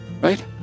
Right